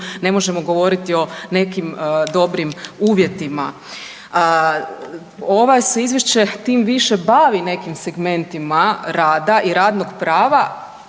ne možemo govoriti o nekim dobrim uvjetima. Ovo se izvješće tim više bavi nekim segmentima rada i radnog prava